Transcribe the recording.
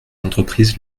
entreprises